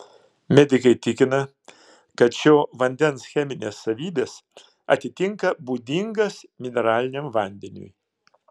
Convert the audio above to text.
medikai tikina kad šio vandens cheminės savybės atitinka būdingas mineraliniam vandeniui